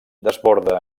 desborda